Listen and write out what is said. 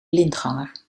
blindganger